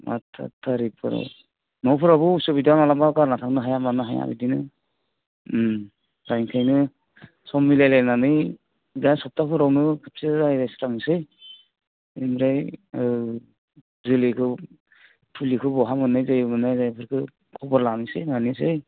मा थारिगफ्राव न'फ्रावबो गारना थांनो हाया मानो हाया असुबिदा बिदिनो उम दा ओंखायनो सम मिलायलायनानै दा सबथाफोरावनो खनसे रायलायस्रांनोसै मानोसै ओमफ्राय ओ जोलैखौ फुलिखौ बहा मोननाय जायो मोननाय जाया बेफोरखो खबर लानोसै मानोसै